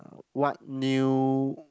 what new